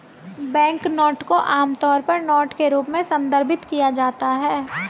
banknote को आमतौर पर नोट के रूप में संदर्भित किया जाता है